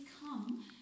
come